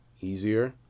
easier